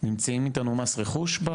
נמצאים איתנו מס רכוש?